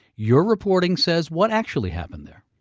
your reporting says what actually happened there?